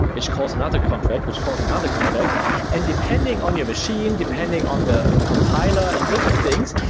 which calls another contract, which calls another contract and depending on your machine, depending on the compiler and different things,